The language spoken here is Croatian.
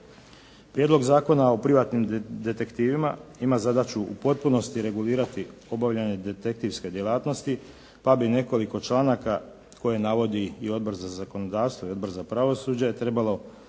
Prijedlog zakona o privatnim detektivima ima zadaću u potpunosti regulirati obavljanje detektivske djelatnosti pa bi nekoliko članaka koje navodi i Odbor za zakonodavstvo i Odbor za pravosuđe trebalo jasnije